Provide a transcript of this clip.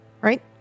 Right